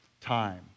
time